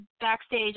backstage